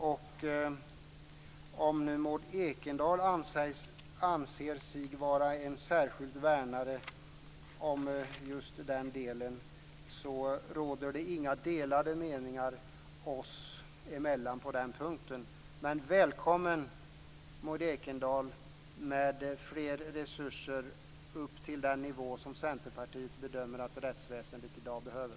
Om nu Maud Ekendahl anser sig vara en särskild värnare om just den delen råder det inga delade meningar oss emellan på den punkten. Välkommen, Maud Ekendahl, med fler resurser upp till den nivå som Centerpartiet bedömer att rättsväsendet i dag behöver!